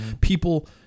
People